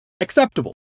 acceptable